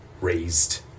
raised